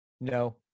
no